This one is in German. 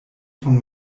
von